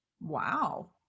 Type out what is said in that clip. wow